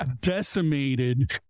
decimated